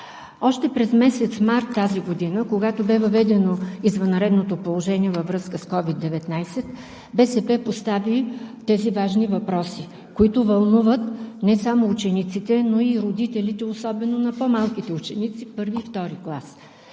Още през месец март тази година, когато бе въведено извънредното положение във връзка с COVID-19, БСП постави тези важни въпроси, които вълнуват не само учениците, но и родителите, особено на по-малките ученици – в І и ІІ клас.